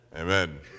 Amen